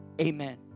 Amen